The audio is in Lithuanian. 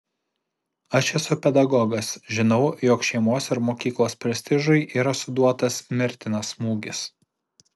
aš esu pedagogas žinau jog šeimos ir mokyklos prestižui yra suduotas mirtinas smūgis